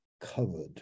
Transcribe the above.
covered